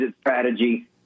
strategy